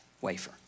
Wafer